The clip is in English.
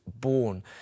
born